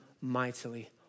mightily